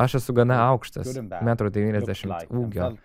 aš esu gana aukštas metro devyniasdešimt ūgio